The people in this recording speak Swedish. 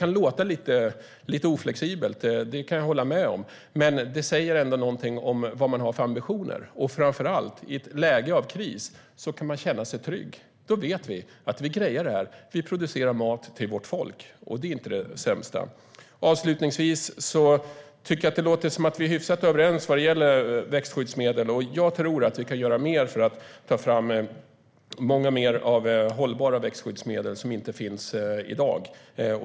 Jag håller med om att det kan låta lite oflexibelt. Men det säger ändå någonting om vad man har för ambitioner. Framför allt kan man känna sig trygg i ett läge av kris. Då vet vi att vi grejar det. Vi producerar mat till vårt folk, och det är inte det sämsta. Det låter som att vi är hyfsat överens vad gäller växtskyddsmedel. Jag tror att vi kan göra mer för att ta fram många fler hållbara växtskyddsmedel som inte finns i dag.